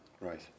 Right